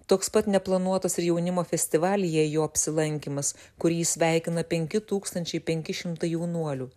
toks pat neplanuotas ir jaunimo festivalyje jo apsilankymas kur jį sveikina penki tūkstančiai penki šimtai jaunuolių